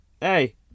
hey